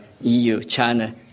EU-China